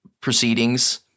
proceedings